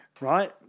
right